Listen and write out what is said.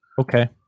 okay